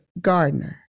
Gardner